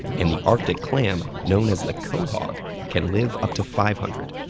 and the arctic clam known as the quahog can live up to five hundred.